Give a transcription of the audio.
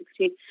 2016